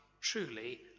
truly